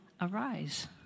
Arise